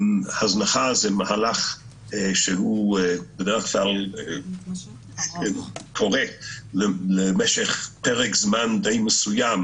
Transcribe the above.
הזנחה זה מהלך שהוא בדרך כלל קורה למשך פרק זמן די מסוים,